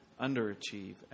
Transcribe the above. underachieve